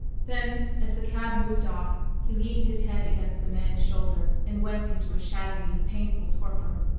then, as the cab moved off, he leaned his head against the man's shoulder and went into a shadowy, painful torpor.